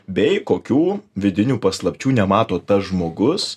bei kokių vidinių paslapčių nemato tas žmogus